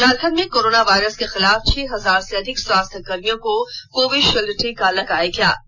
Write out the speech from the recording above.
झारखंड में corona virus के खिलाफ छह हजार से अधिक स्वास्थ्य कर्भियों को कोविील्ड टीका लगाया गया है